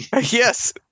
Yes